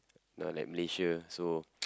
not like Malaysia so